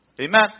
Amen